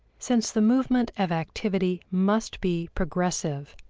since the movement of activity must be progressive,